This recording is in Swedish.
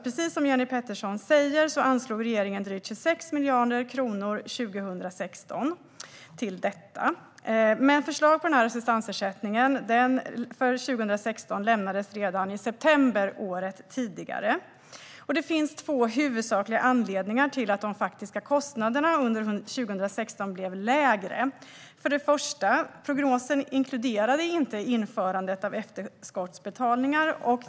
Precis som Jenny Petersson säger anslog regeringen drygt 26 miljarder kronor 2016 till detta. Men förslag för assistansersättningen för 2016 lämnades redan i september föregående år. Det finns två huvudsakliga anledningar till att de faktiska kostnaderna under 2016 blev lägre. Först och främst inkluderade prognosen inte införandet av efterskottsbetalningar.